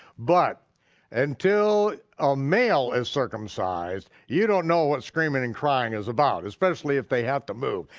but until a male is circumcised, you don't know what screaming and crying is about especially if they have to move.